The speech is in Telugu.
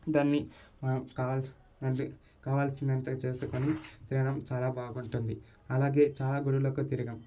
దాన్ని మనకి కావాల్సినవి దాన్ని కావాల్సినంత చేసుకొని తినడం చాలా బాగుంటుంది అలాగే చాలా గుడులకు తిరిగాం